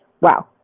Wow